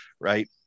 right